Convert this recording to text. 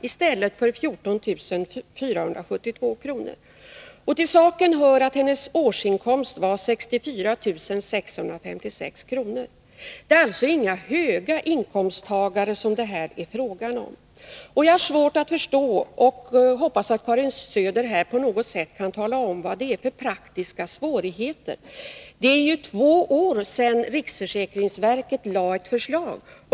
i stället för 14 472 kr. Till saken hör att hennes årsinkomst var 64656 kr. Det är alltså inga höginkomsttagare som det här är fråga om. Jag har svårt att förstå — jag hoppas att Karin Söder på något sätt kan tala om det — vad det är för praktiska svårigheter. Det är ju två år sedan riksförsäkringsverket lade fram ett förslag.